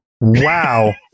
Wow